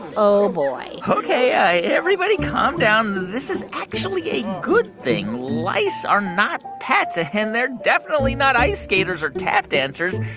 oh, boy ok. everybody calm down. this is actually a good thing. lice are not pets. ah and they're definitely not ice skaters or tap dancers.